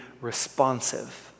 responsive